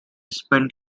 spent